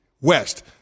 West